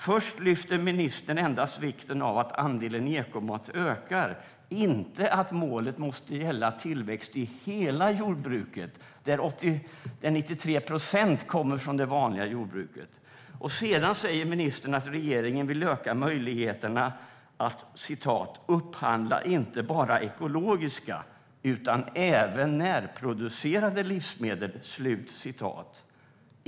Först lyfter ministern endast vikten av att andelen ekomat ökar och inte att målet måste gälla tillväxt i hela jordbruket, där 93 procent kommer från det vanliga jordbruket. Sedan säger ministern att regeringen vill öka möjligheterna att "upphandla inte bara ekologiska utan även närproducerade livsmedel".